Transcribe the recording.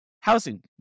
housing